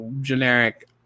generic